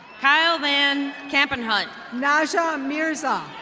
kyle van kappenhut. naja amirza.